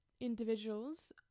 individuals